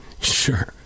sure